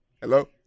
Hello